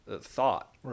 thought